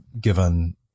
given